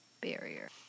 barrier